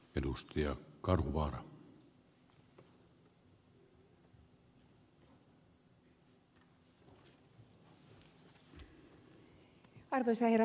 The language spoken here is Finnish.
arvoisa herra puhemies